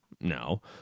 no